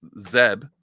Zeb